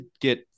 get